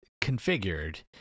configured